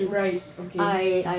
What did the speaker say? right okay